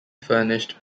furnished